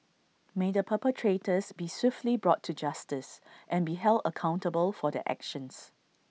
may the perpetrators be swiftly brought to justice and be held accountable for their actions